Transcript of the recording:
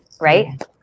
right